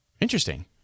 Interesting